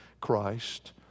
Christ